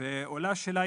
ועולה השאלה,